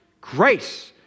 Grace